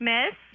Miss